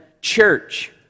church